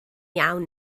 iawn